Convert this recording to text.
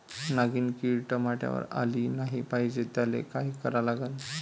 नागिन किड टमाट्यावर आली नाही पाहिजे त्याले काय करा लागन?